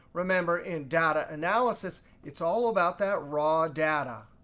remember, in data analysis, it's all about that raw data.